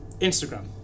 Instagram